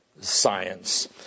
science